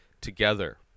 together